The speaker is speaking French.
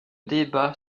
débat